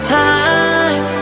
time